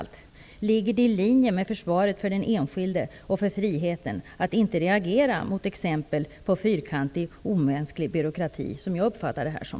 Ligger det i linje med försvaret av den enskilde och av friheten att inte reagera mot exempel på fyrkantig omänsklig byråkrati, vilket jag uppfattar detta som?